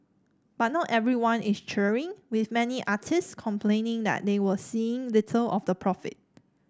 but not everyone is cheering with many artists complaining that they are seeing little of the profit